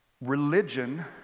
Religion